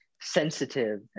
sensitive